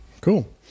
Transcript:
cool